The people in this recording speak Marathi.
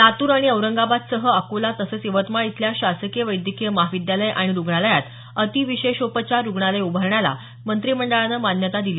लातूर आणि औरंगाबादसह अकोला तसंच यवतमाळ इथल्या शासकीय वैद्यकीय महाविद्यालय आणि रुग्णालयात अतिविशेषोपचार रुग्णालय उभारण्याला मंत्रिमंडळानं काल मान्यता दिली